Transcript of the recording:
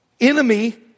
enemy